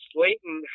Slayton